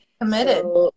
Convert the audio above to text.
Committed